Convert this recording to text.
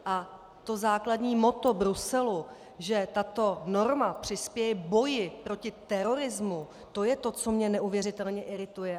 A to základní motto Bruselu, že tato norma přispěje k boji proti terorismu, to je to, co mě neuvěřitelně irituje!